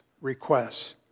requests